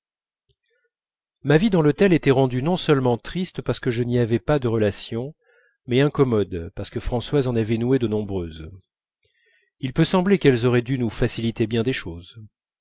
ma vie dans l'hôtel était rendue non seulement triste parce que je n'y avais pas de relations mais incommode parce que françoise en avait noué de nombreuses il peut sembler qu'elles auraient dû nous faciliter bien des choses